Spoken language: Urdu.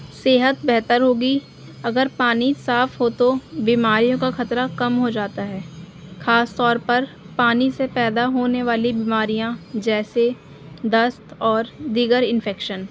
صحت بہتر ہوگی اگر پانی صاف ہو تو بیماریوں کا خطرہ کم ہو جاتا ہے خاص طور پر پانی سے پیدا ہونے والی بیماریاں جیسے دست اور دیگر انفیکشن